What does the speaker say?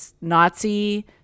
Nazi